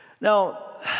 Now